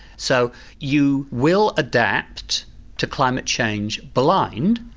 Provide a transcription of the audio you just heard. so you will adapt to climate change blind,